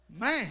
Man